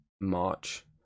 March